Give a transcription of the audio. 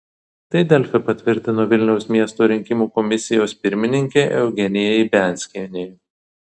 tai delfi patvirtino vilniaus miesto rinkimų komisijos pirmininkė eugenija ibianskienė